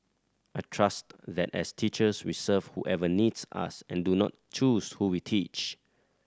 I trust that as teachers we serve whoever needs us and do not choose who we teach